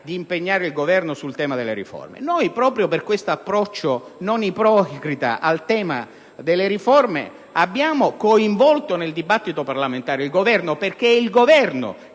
di impegnare il Governo sul tema delle riforme sia impropria. Noi, proprio per un approccio non ipocrita al tema delle riforme, abbiamo coinvolto nel dibattito parlamentare il Governo, perché è